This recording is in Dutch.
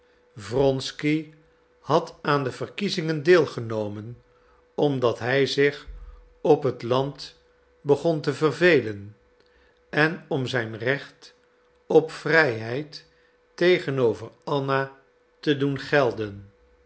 wronsky had aan de verkiezingen deelgenomen omdat hij zich op het land begon te vervelen en om zijn recht op vrijheid tegenover anna te doen gelden